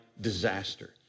disaster